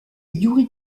yuri